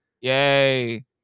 Yay